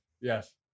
Yes